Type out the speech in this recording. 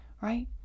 right